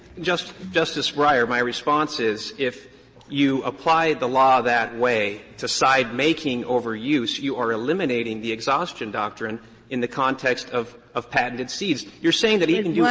justice breyer, my response is, if you applied the law that way to side making over use, you are eliminating the exhaustion doctrine in the context of of patented seeds. you're saying that he can do and